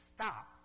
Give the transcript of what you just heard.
stop